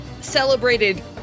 celebrated